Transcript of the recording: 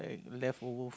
leftover